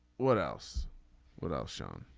what else what else shown